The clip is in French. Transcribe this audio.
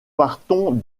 partons